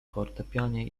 fortepianie